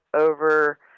over